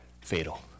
fatal